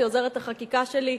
שהיא עוזרת החקיקה שלי,